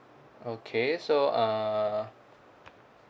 okay so uh